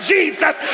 Jesus